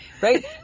right